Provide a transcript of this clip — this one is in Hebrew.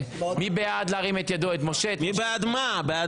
בעד מה?